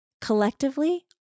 collectively